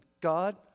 God